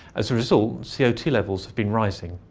as a result, c o two levels have been rising.